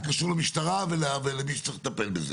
קשור למשטרה ולמי שצריך לטפל בזה.